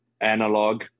analog